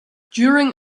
during